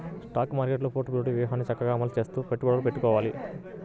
stock మార్కెట్టులో portfolio వ్యూహాన్ని చక్కగా అమలు చేస్తూ పెట్టుబడులను పెట్టాలి